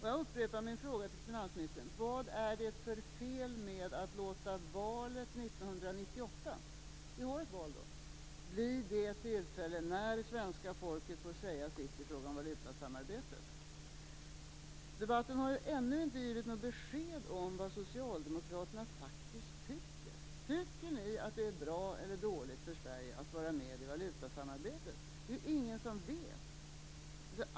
Jag upprepar min fråga till finansministern: Vad är det för fel med att låta valet 1998 bli det tillfälle då svenska folket får säga sitt om valutasamarbetet? Vi har ju val då. Debatten har ännu inte givit något besked om vad socialdemokraterna faktiskt tycker. Tycker ni att det är bra eller dåligt för Sverige att vara med i valutasamarbetet? Det är ingen som vet vad ni tycker.